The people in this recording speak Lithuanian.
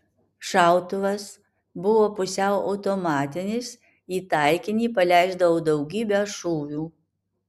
šautuvas buvo pusiau automatinis į taikinį paleisdavau daugybę šūvių